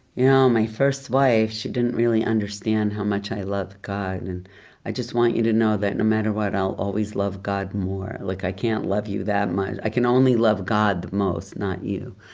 you know my first wife she didn't really understand how much i loved god, and i just want you to know that no matter what i'll always love god more, like i can't love you that much. i can only love god the most, not you.